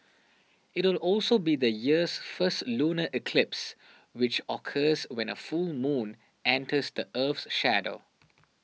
it will also be the year's first lunar eclipse which occurs when a full moon enters the Earth's shadow